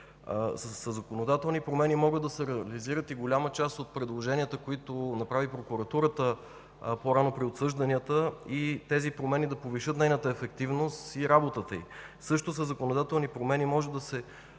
Със законодателни промени могат да се реализират и голяма част от предложенията, които направи прокуратурата по-рано при обсъжданията и тези промени да повишат нейната ефективност при работата й. Също със законодателни промени може да се